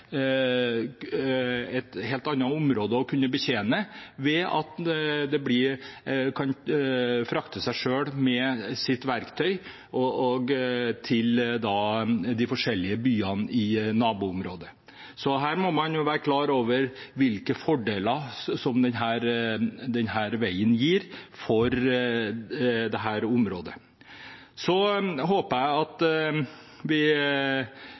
område å kunne betjene ved at en kan frakte seg selv med sitt verktøy til de forskjellige byene i naboområdet. Her må man være klar over hvilke fordeler denne veien gir for dette området. Jeg hører at Fremskrittspartiet nå har tenkt å stemme imot dette prosjektet på grunn av bompenger. Det